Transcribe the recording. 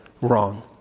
wrong